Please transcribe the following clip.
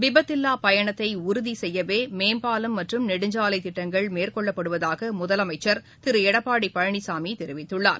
விபத்தில்லாபயணத்தைஉறுதிசெய்யவேமேம்பாலம் நி மற்றும் நெடுஞ்சாலைத் திட்டங்கள் மேற்கொள்ளப்படுவதாகமுதலமைச்சர் திருளடப்பாடிபழனிசாமிதெரிவித்துள்ளார்